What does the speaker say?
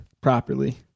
properly